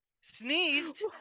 sneezed